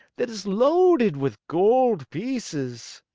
that is loaded with gold pieces.